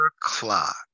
Clock